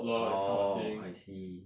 orh I see